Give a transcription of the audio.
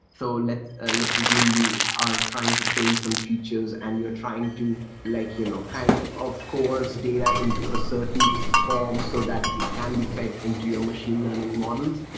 so let's ah let's assume you are trying to train some features and you're trying to like you know kind of course data in a certain form so that it can be fed into your machine learning models.